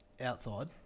outside